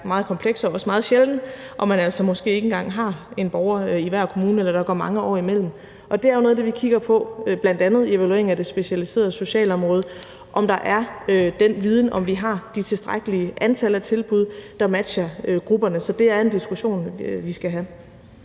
meget kompleks og også meget sjælden og man altså måske ikke engang har en borger i hver kommune eller der går mange år imellem. Det er noget af det, vi bl.a. kigger på i evalueringen af det specialiserede socialområde, altså om der er den viden, og om vi har de tilstrækkelige antal af tilbud, der matcher grupperne. Så det er en diskussion, vi skal have.